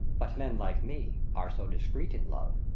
but men like me are so discreet in love,